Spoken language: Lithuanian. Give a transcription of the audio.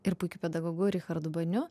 ir puikiu pedagogu richardu baniu